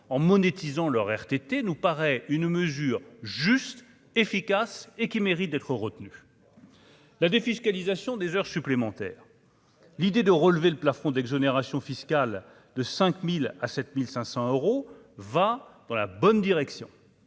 en monétiser leur RTT nous paraît une mesure juste, efficace et qui mérite d'être retenu la défiscalisation des heures supplémentaires, l'idée de relever le plafond d'exonération fiscale de 5000 à 7500 euros va dans la bonne direction